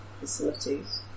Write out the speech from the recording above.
facilities